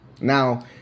now